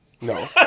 No